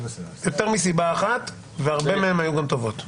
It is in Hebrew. יותר מסיבה אחת והרבה מהן היו גם טובות.